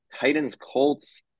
Titans-Colts